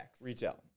Retail